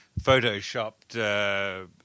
photoshopped